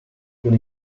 con